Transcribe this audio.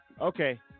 Okay